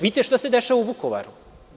Vidite šta se dešava u Vukovaru.